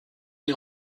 les